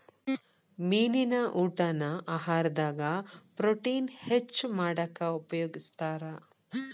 ಮೇನಿನ ಊಟಾನ ಆಹಾರದಾಗ ಪ್ರೊಟೇನ್ ಹೆಚ್ಚ್ ಮಾಡಾಕ ಉಪಯೋಗಸ್ತಾರ